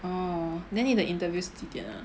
oh then 你的 interviews 是几点 ah